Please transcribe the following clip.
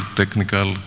technical